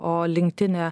o linktine